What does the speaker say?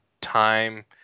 time